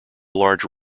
large